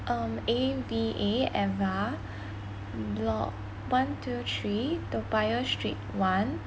um A V A ava block one two three toa payoh street one